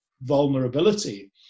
vulnerability